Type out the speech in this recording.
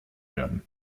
werden